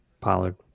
Pollard